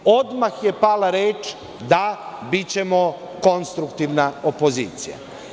Odmah je pala reč da ćemo biti konstruktivna opozicija.